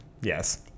Yes